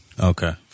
okay